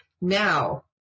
Now